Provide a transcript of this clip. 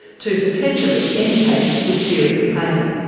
to potentially any patient with serious pain.